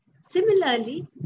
Similarly